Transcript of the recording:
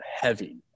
heavy